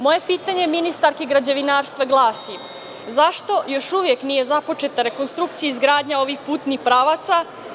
Moje pitanje ministarki građevinarstva glasi – zašto još uvek nije započeta rekonstrukcija izgradnje ovih putnih pravaca?